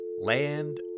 Land